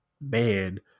man